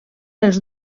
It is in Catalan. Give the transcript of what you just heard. els